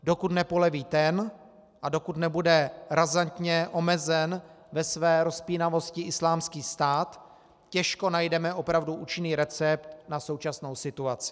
Dokud nepoleví ten a dokud nebude razantně omezen ve své rozpínavosti Islámský stát, těžko najdeme opravdu účinný recept na současnou situaci.